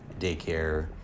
daycare